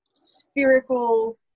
spherical